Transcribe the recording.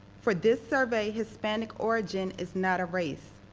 for this survey, hispanic origin is not a race.